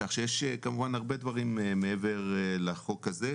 כך שיש כמובן הרבה דברים מעבר לחוק הזה.